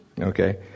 Okay